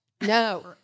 No